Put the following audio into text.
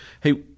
hey